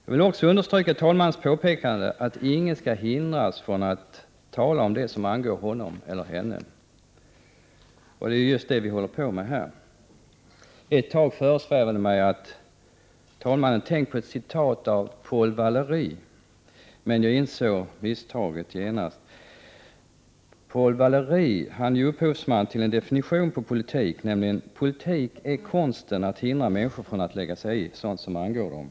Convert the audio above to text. Jag vill också understryka talmannens påpekande att ingen skall hindras 109 Prot. 1988/89:129 från att tala om det som angår honom eller henne. Det är just det vi håller på med här. Ett tag föresvävade det mig att talmannen hade tänkt på ett citat av Paul Valéry, men jag insåg genast misstaget. Paul Valéry är upphovsmannen till en definition på politik som lyder: politik är konsten att hindra människorna från att lägga sig i det som angår dem.